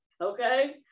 okay